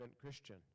Christian